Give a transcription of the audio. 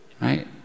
right